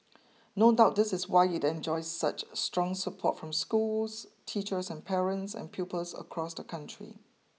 no doubt this is why it enjoys such strong support from schools teachers and parents and pupils across the country